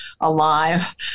alive